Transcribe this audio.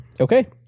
Okay